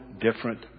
different